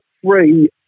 three